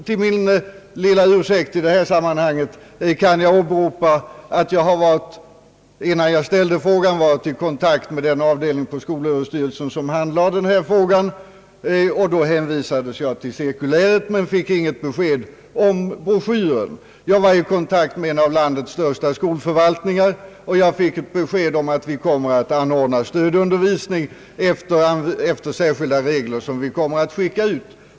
Till min lilla ursäkt i det här sammanhanget kan jag åberopa att jag, innan jag ställde frågan, varit i kontakt med den avdelning på skolöverstyrelsen som handlade den. Då hänvisades jag till cirkuläret, men fick inget besked om broschyren. Jag var i kontakt med en av landets största skolförvaltningar och fick besked om att stödundervisning kommer att anordnas efter särskilda regler, som skall sändas ut.